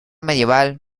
medieval